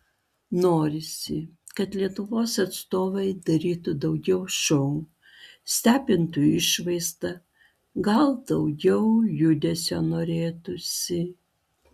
norisi kad lietuvos atstovai darytų daugiau šou stebintų išvaizda gal daugiau judesio norėtųsi